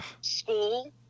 school